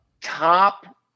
Top